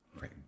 Right